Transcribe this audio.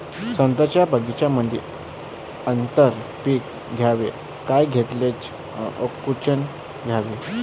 संत्र्याच्या बगीच्यामंदी आंतर पीक घ्याव का घेतलं च कोनचं घ्याव?